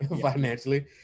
financially